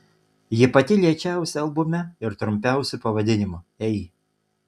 ji pati lėčiausia albume ir trumpiausiu pavadinimu ei